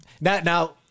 Now